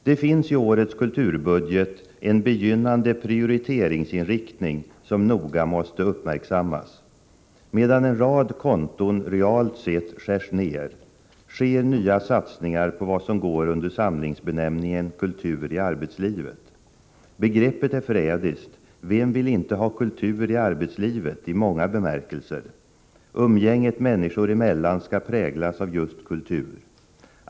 Det finns i årets kulturbudget en begynnande prioriteringsinriktning som noga måste uppmärksammas. Medan en rad konton realt sett skärs ned, sker nya satsningar på vad som går under samlingsbenämningen kultur i arbetslivet. Begreppet är förrädiskt. Vem vill inte ha kultur i arbetslivet i många bemärkelser? Umgänget människor emellan skall präglas av just kultur.